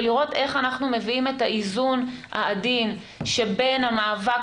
ולראות איך אנחנו מביאים את האיזון העדין שבין המאבק